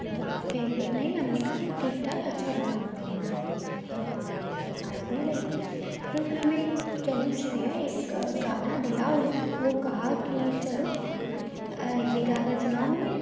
تو پھر نہیں ہم نے کہا ہم ٹھیک ٹھاک اچھا گا لیتے ہیں تو سب ہنسے لگی پھر انھوں نے ہمیں ایک چیلنج دیا ایک گانا دیا اور وہ کہا کہ چلو یہ گا کر سناؤ ہمیں